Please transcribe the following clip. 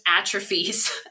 atrophies